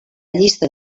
llista